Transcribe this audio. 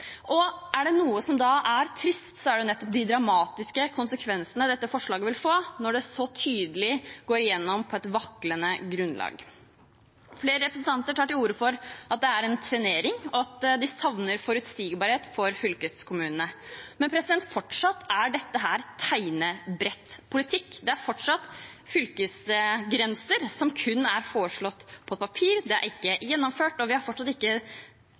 Er det noe som er trist, er det nettopp de dramatiske konsekvensene dette forslaget vil få når det så tydelig går igjennom på et vaklende grunnlag. Flere representanter tar til orde for at det er en trenering, og at de savner forutsigbarhet for fylkeskommunene. Men fortsatt er dette tegnebrettpolitikk. Det er fortsatt fylkesgrenser som kun er foreslått på papiret, det er ikke gjennomført, og vi har fortsatt ikke